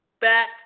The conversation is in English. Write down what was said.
back